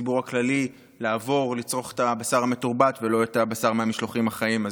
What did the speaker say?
לציבור הכללי לעבור לצרוך את הבשר המתורבת ולא את הבשר מהמשלוחים החיים.